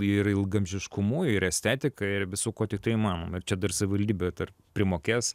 ir ilgaamžiškumu ir estetika ir visu kuo tiktai įmanoma ir čia dar savivaldybė dar primokės